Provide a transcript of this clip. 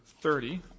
thirty